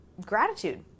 gratitude